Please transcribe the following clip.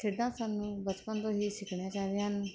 ਖੇਡਾ ਸਾਨੂੰ ਬਚਪਨ ਤੋਂ ਹੀ ਸਿੱਖਣੀਆਂ ਚਾਹੀਦੀਆਂ ਹਨ